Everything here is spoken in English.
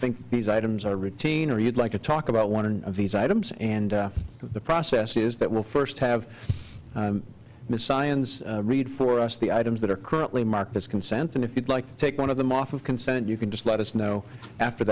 think these items are routine or you'd like to talk about one of these items and the process is that will first have science read for us the items that are currently markets consent and if you'd like to take one of them off of consent you could just let us know after